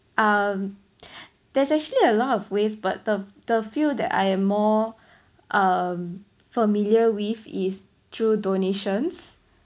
um there's actually a lot of ways but the the few that I am more um familiar with is through donations